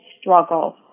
struggle